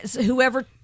whoever